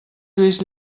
lluís